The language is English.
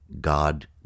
God